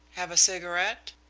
have a cigarette?